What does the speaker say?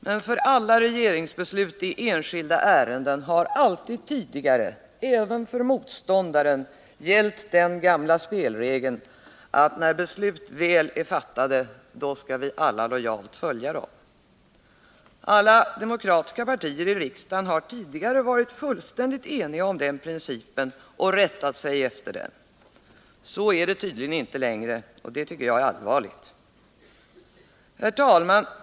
Men för alla regeringsbeslut i enskilda ärenden har alltid tidigare även för motståndaren gällt den gamla spelregeln att när beslut väl är fattade skall vi alla lojalt följa dem. Alla demokratiska partier i riksdagen har tidigare varit fullständigt eniga om den principen och rättat sig därefter. Så är det tydligen inte längre, och det tycker jag är allvarligt. Herr talman!